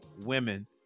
women